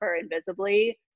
invisibly